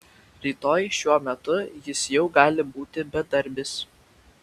rytoj šiuo metu jis jau gali būti bedarbis